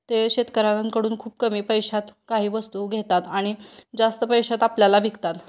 ते शेतकऱ्यांकडून खूप कमी पैशात काही वस्तू घेतात आणि जास्त पैशात आपल्याला विकतात